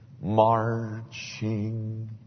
marching